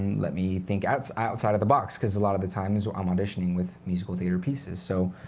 let me think outside outside of the box, because a lot of the times, i'm auditioning with musical theater pieces. so